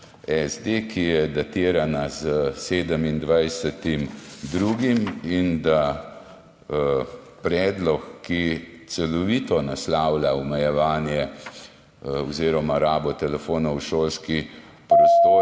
ki je datirana s 27. 2., predlog, ki celovito naslavlja omejevanje oziroma rabo telefonov v šolskih prostorih,